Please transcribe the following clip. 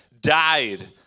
died